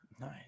Nice